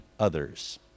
Others